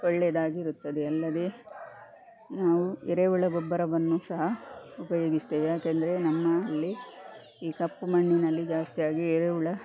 ಒಳ್ಳೇದಾಗಿರುತ್ತದೆ ಅಲ್ಲದೆ ನಾವು ಎರೆಹುಳ ಗೊಬ್ಬರವನ್ನು ಸಹ ಉಪಯೋಗಿಸ್ತೇವೆ ಯಾಕೆಂದರೆ ನಮ್ಮಲ್ಲಿ ಈ ಕಪ್ಪು ಮಣ್ಣಿನಲ್ಲಿ ಜಾಸ್ತಿಯಾಗಿ ಎರೆಹುಳ